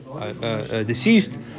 deceased